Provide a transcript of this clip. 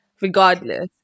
Regardless